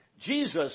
Jesus